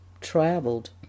traveled